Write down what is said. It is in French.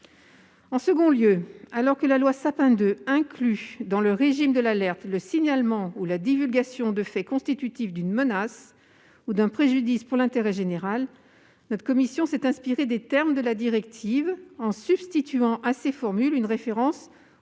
En second lieu, alors que la loi Sapin II inclut dans le régime de l'alerte le signalement ou la divulgation de faits constitutifs d'une menace ou d'un préjudice pour l'intérêt général, notre commission s'est inspirée des termes de la directive en substituant à ces formules une référence